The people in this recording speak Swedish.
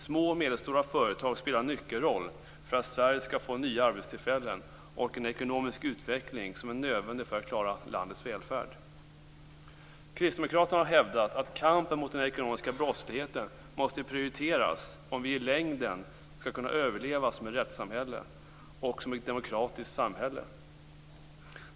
Små och medelstora företag spelar en nyckelroll för att Sverige skall få nya arbetstillfällen och en ekonomisk utveckling som är nödvändig för att klara landets välfärd. Kristdemokraterna har hävdat att kampen mot den ekonomiska brottsligheten måste prioriteras om vi i längden skall kunna överleva som rättssamhälle och som ett demokratiskt samhälle.